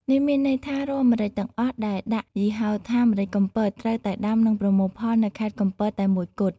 នេះមានន័យថារាល់ម្រេចទាំងអស់ដែលដាក់យីហោថា “ម្រេចកំពត” ត្រូវតែដាំ និងប្រមូលផល នៅខេត្តកំពតតែមួយគត់។